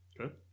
Okay